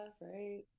Right